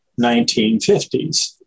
1950s